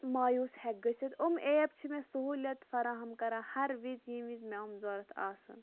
مایوٗس ہیٚکہٕ گٔژھِتھ یِم ایپ چھِ مےٚ سہوٗلیت فراہم کَران ہر وِزِ یمہِ وِز مےٚ یِم ضرورت آسَن